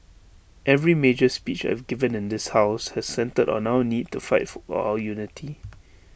every major speech I've given in this house has centred on our need to fight for our unity